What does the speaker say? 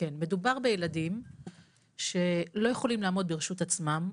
מדובר בילדים שלא יכולים לעמוד ברשות עצמם,